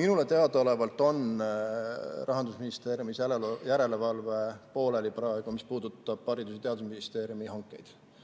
Minule teadaolevalt on Rahandusministeeriumis järelevalve praegu pooleli, mis puudutab Haridus‑ ja Teadusministeeriumi hankeid.